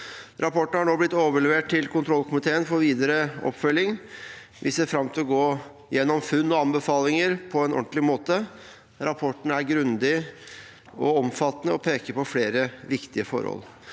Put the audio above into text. Rapporten har nå blitt overlevert til kontrollkomiteen for videre oppfølging. Vi ser fram til å gå gjennom funn og anbefalinger på en ordentlig måte. Rapporten er grundig og omfattende og peker på flere viktige forhold: